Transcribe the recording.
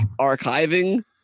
archiving